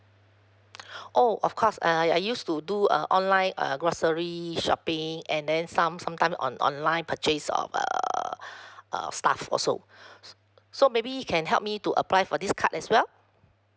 oh of course uh I I used to do uh online uh grocery shopping and then some sometime on online purchase of err uh stuff also so so maybe you can help me to apply for this card as well